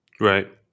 Right